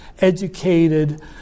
educated